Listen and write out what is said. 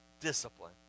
discipline